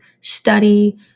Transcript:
study